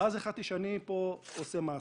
ואז החלטתי שאני עושה מעשה.